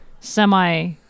semi